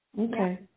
Okay